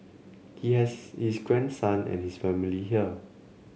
he has his grandson and his family here